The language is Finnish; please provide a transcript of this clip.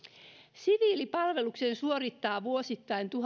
siviilipalveluksen suorittaa vuosittain tuhatviisisataa